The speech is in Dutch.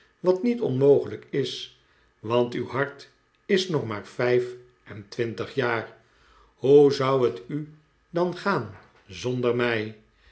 wat niet onmogelijk is want uw hart is nog maar yijf en twintig jaar hoe zou het u dan gaan zonder mij